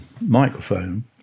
microphone